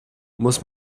muss